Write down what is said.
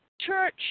church